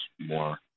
more